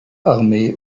armee